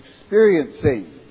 experiencing